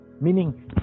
Meaning